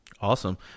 Awesome